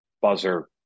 Buzzer